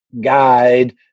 Guide